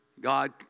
God